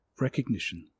recognition